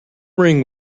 ring